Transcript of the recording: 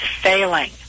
failing